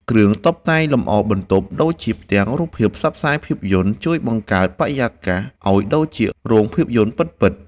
គ្រឿងតុបតែងលម្អបន្ទប់ ដូចជាផ្ទាំងរូបភាពផ្សព្វផ្សាយភាពយន្ត ជួយបង្កើតបរិយាកាសឱ្យដូចជារោងភាពយន្តពិតៗ។